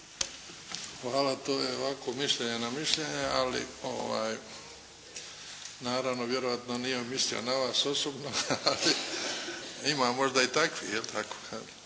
Hvala. To je ovako mišljenje na mišljenje, ali naravno vjerojatno nije mislio na vas osobno, ali ima možda i takvih jel' tako.